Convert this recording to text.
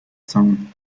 zone